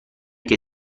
che